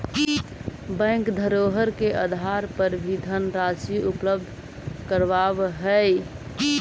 bank धरोहर के आधार पर भी धनराशि उपलब्ध करावऽ हइ